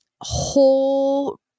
whole